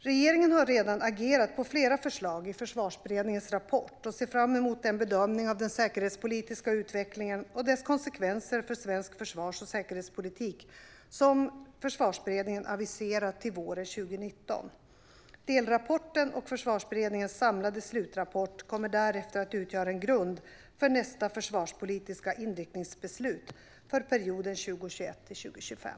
Regeringen har redan agerat på flera förslag i Försvarsberedningens rapport och ser fram emot den bedömning av den säkerhetspolitiska utvecklingen och dess konsekvenser för svensk försvars och säkerhetspolitik som Försvarsberedningen aviserat till våren 2019. Delrapporten och Försvarsberedningens samlade slutrapport kommer därefter att utgöra en grund för nästa försvarspolitiska inriktningsbeslut för perioden 2021-2025.